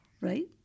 right